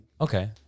Okay